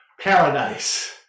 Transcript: paradise